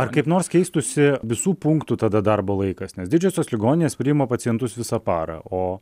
ar kaip nors keistųsi visų punktų tada darbo laikas nes didžiosios ligoninės priima pacientus visą parą o